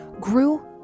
grew